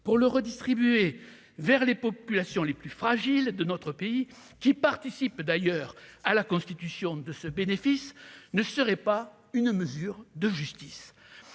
pour le redistribuer vers les populations les plus fragiles de notre pays qui participent d'ailleurs à la constitution de ce bénéfice ne serait pas une mesure de justice